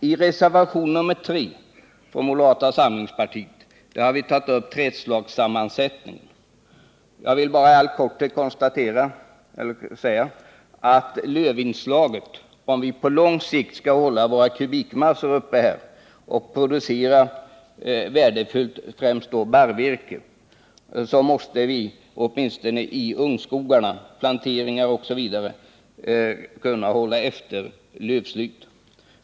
I den moderata reservationen 3 har vi tagit upp trädslagssammansättningen. I all korthet vill jag bara säga, att om vi på lång sikt skall kunna upprätthålla en tillräcklig kubikmassa och producera värdefullt virke, främst barrvirke, måste vi åtminstone i ungskogarna, planteringar osv., kunna hålla efter lövslyt.